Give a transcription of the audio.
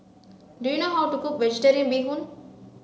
do you know how to cook vegetarian bee hoon